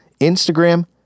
instagram